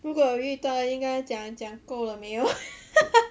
如果遇到应该讲讲够了没有